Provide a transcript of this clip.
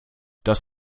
das